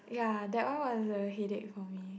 ya that one was a headache for me